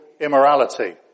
immorality